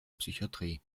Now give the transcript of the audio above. psychiatrie